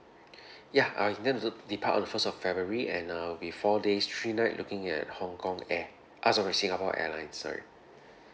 ya I intend to depart on the first of february and uh it'll be four days three night looking at hong-kong air uh sorry singapore airlines sorry